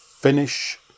finish